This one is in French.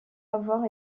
avoir